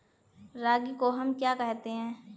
रागी को हम क्या कहते हैं?